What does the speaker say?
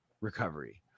recovery